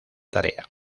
tarea